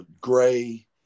Gray